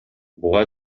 буга